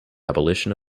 abolition